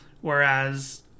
whereas